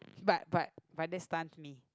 but but but they stunt to me